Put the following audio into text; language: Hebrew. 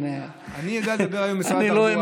אני יודע לדבר על משרד התחבורה.